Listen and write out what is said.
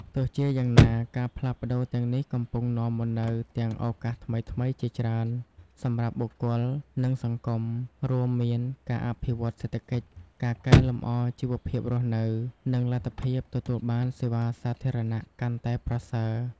ទោះជាយ៉ាងណា ការផ្លាស់ប្ដូរទាំងនេះកំពុងនាំមកនូវទាំងឱកាសថ្មីៗជាច្រើនសម្រាប់បុគ្គល និងសង្គម រួមមានការអភិវឌ្ឍន៍សេដ្ឋកិច្ច ការកែលម្អជីវភាពរស់នៅ និងលទ្ធភាពទទួលបានសេវាសាធារណៈកាន់តែប្រសើរ។